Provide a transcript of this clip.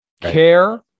Care